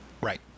Right